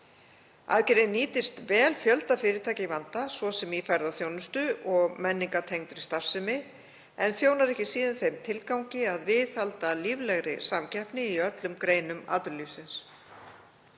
Aðgerðin nýtist vel fjölda fyrirtækja í vanda, svo sem í ferðaþjónustu og menningartengdri starfsemi, en þjónar ekki síður þeim tilgangi að viðhalda líflegri samkeppni í öllum greinum atvinnulífsins.